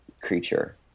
creature